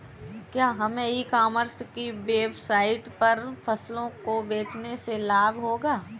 क्या हमें e commerce की वेबसाइट पर फसलों को बेचने से लाभ होगा?